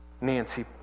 Nancy